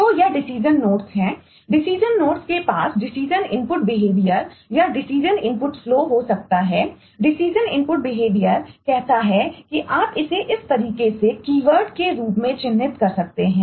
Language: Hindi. तो यह डिसीजन नोड्स हैं